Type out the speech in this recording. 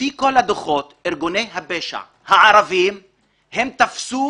לפי כל הדוחות ארגוני הפשע הערבים תפסו